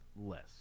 less